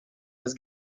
has